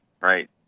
right